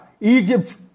...Egypt